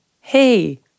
hey